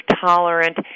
tolerant